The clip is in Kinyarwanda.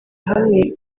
hamwe